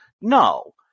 No